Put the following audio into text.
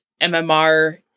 MMR